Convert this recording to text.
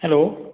hello